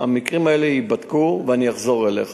המקרים האלה ייבדקו ואני אחזור אליך.